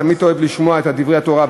תמיד אתה אוהב לשמוע את דברי התורה,